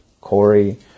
Corey